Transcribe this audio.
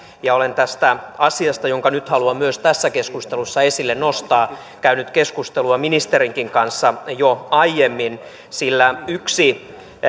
olen tästä asiasta jonka nyt haluan myös tässä keskustelussa esille nostaa käynyt keskustelua ministerinkin kanssa jo aiemmin sillä yksi